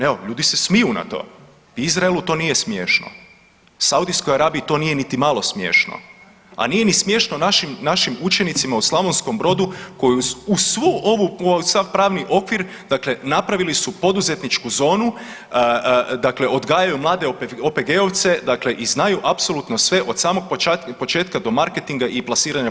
Evo ljudi se smiju na to, Izraelu to nije smiješno, Saudijskoj Arabiji to nije niti malo smiješno, a nije smiješno našim učenicima u Slavonskom Brodu koji uz svu ovu sav pravni okvir dakle napravili su poduzetničku zonu dakle odgajaju mlade OPG-ovce i znaju apsolutno sve od samog početka do marketinga i plasiranja proizvoda na tržište.